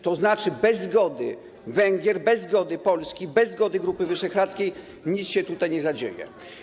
To znaczy bez zgody Węgier, bez zgody Polski, bez zgody Grupy Wyszehradzkiej nic się tutaj nie zadzieje.